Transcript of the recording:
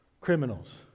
criminals